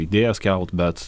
idėjas kelt bet